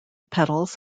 petals